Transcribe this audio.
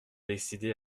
décidé